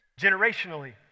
generationally